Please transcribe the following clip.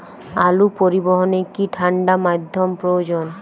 আলু পরিবহনে কি ঠাণ্ডা মাধ্যম প্রয়োজন?